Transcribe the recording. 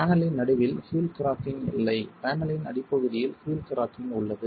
பேனலின் நடுவில் heel cracking இல்லை பேனலின் அடிப்பகுதியில் ஹீல் கிராக்கிங் உள்ளது